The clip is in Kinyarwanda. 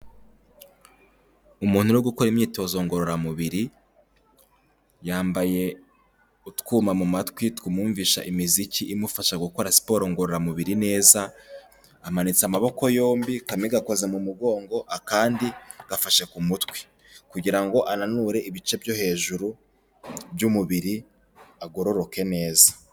Umuntu uri gukora imyitozo ngororamubiri, yambaye utwuma mu matwi twumwumvisha imiziki imufasha gukora siporo ngororamubiri neza, amanitse amaboko yombi, kame igakoza mu mugongo akandi gafashe ku mutwe. Kugira ngo ananure ibice byo hejuru by'umubiri agororoke neza.